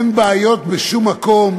אין בעיות בשום מקום.